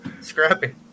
Scrappy